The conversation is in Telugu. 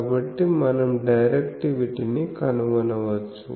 కాబట్టి మనం డైరెక్టివిటీని కనుగొనవచ్చు